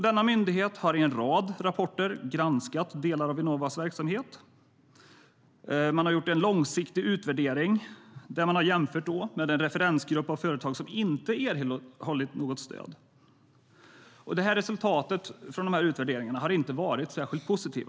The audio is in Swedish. Denna myndighet har i en rad rapporter granskat delar av Vinnovas verksamhet. Man har gjort en långsiktig utvärdering där man har jämfört med den referensgrupp av företag som inte har erhållit något stöd. Resultatet från utvärderingen har inte varit särskilt positiv.